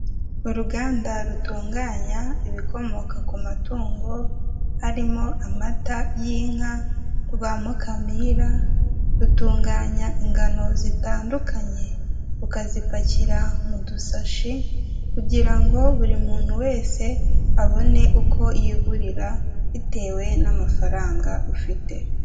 Uyu ni umugabo wambaye imikenyerero, yambaye urunigi mu ijosi. Imikenyero ni imyambaro kera abanyarwanda bajyaga bambara ariko n'ubu turayikoresha kuko n'uyu ni imyambaro y'umuco wacu, arimo aravugira ku ndangururamajwi, inyuma ye hari intebe z'imyeru hari n'icyapa kimushushanyijeho, hicaye abantu bisa nk'aho bamuteze amatwi wumva ibyo ababwira.